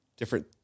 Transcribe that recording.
Different